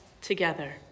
together